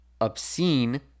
obscene